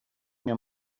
mir